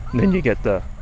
then you get the